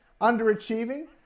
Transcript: underachieving